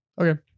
Okay